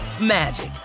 magic